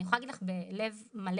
אני יכולה להגיד לך בלב מלא,